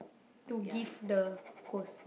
to give the ghost